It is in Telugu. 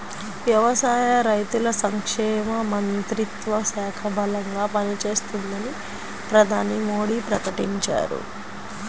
వ్యవసాయ, రైతుల సంక్షేమ మంత్రిత్వ శాఖ బలంగా పనిచేస్తుందని ప్రధాని మోడీ ప్రకటించారు